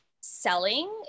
selling